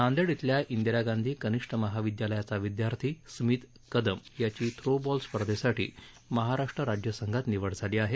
नांदेड इथल्या इंदिरा गांधी कनिष्ठ महाविद्यालयाचा विद्यार्थी स्मीत रमेश कदम याची थ्रो बॉल स्पर्धेसाठी महाराष्ट्र राज्य संघात निवड झाली आहे